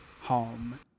home